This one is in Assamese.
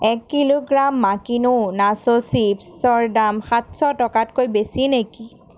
এক কিলোগ্ৰাম মাকিনো নাছো চিপ্ছৰ দাম সাতশ টকাতকৈ বেছি নেকি